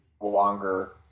longer